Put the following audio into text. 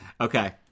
Okay